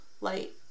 Light